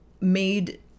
made